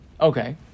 Okay